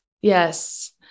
Yes